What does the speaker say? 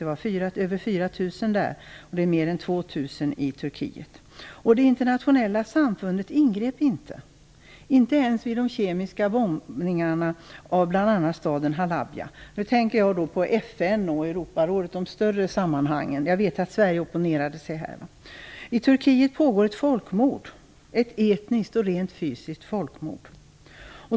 Det var över 4 000 där, mer än 2 000 i Turkiet. Det internationella samfundet ingrep inte, inte ens med anledning av de kemiska bombningarna av bl.a. staden Halabja. Jag tänker då på FN och Europarådet. Jag vet att Sverige opponerade sig här. I Turkiet pågår ett folkmord, ett etniskt och rent fysiskt folkmord.